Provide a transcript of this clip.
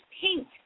pink